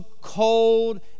cold